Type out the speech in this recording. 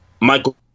Michael